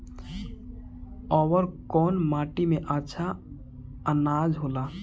अवर कौन माटी मे अच्छा आनाज होला?